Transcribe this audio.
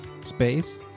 space